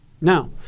now